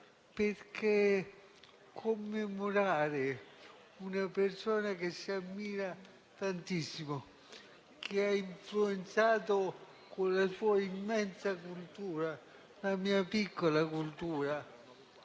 Nel commemorare una persona che si ammira tantissimo, che ha influenzato, con la sua immensa cultura, la mia piccola cultura